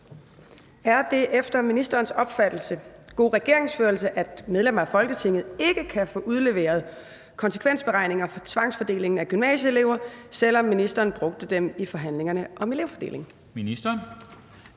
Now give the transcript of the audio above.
Er det efter ministerens opfattelse god regeringsførelse, at medlemmer af Folketinget ikke kan få udleveret konsekvensberegninger af tvangsfordelingen af gymnasieelever, selv om ministeren brugte dem i forhandlingerne om elevfordeling?